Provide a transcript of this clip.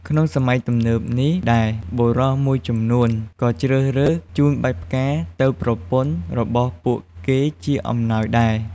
ក្នុងសម័យទំនើបនេះដែរ បុរសមួយចំនួនក៏ជ្រើសរើសជូនបាច់ផ្កាទៅប្រពន្ធរបស់ពួកគេជាអំណោយដែរ។